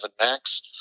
MAX